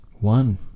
one